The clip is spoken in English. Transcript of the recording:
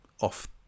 off